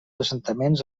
assentaments